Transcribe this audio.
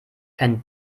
kein